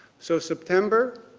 so, september,